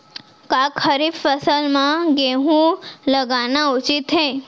का खरीफ फसल म गेहूँ लगाना उचित है?